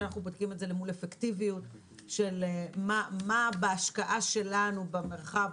שאנחנו בודקים את זה למול אפקטיביות של מה בהשקעה שלנו במרחב,